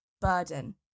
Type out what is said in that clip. burden